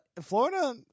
Florida